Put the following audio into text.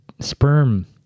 sperm